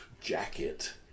jacket